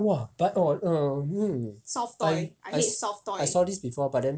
!wah! but orh err mm I I saw this before but then